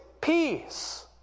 peace